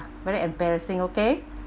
very embarrassing okay